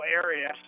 area